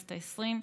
בכנסת העשרים,